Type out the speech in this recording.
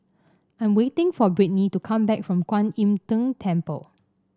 I'm waiting for Brittni to come back from Kwan Im Tng Temple